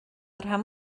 rhan